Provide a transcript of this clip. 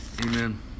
Amen